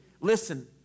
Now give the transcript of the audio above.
listen